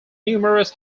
numerous